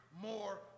more